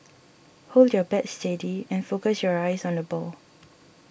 hold your bat steady and focus your eyes on the ball